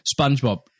SpongeBob